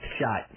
shot